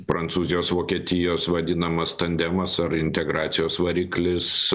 prancūzijos vokietijos vadinamas tandemas ar integracijos variklis